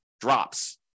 drops